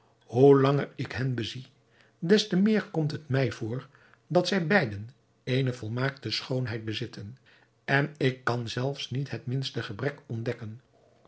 hoe langer ik hen bezie des te meer komt het mij voor dat zij beiden eene volmaakte schoonheid bezitten en ik kan zelfs niet het minste gebrek ontdekken